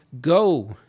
Go